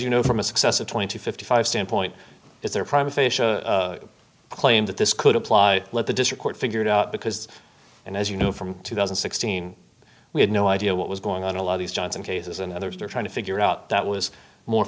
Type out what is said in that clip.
you know from a successive twenty fifty five stand point is their prime aphasia claim that this could apply let the district court figure it out because and as you know from two thousand and sixteen we had no idea what was going on a lot of these johnson cases and others are trying to figure out that was more